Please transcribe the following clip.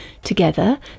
Together